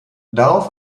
darauf